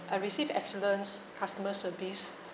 I received excellence customer service